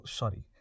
sorry